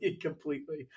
completely